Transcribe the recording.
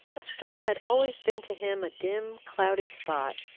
a star had always been to him a dim, cloudy spot,